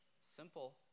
simple